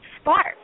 spark